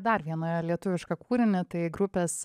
dar vieną lietuvišką kūrinį tai grupės